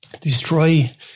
Destroy